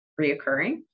reoccurring